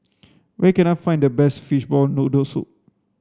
where can I find the best fishball noodle soup